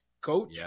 coach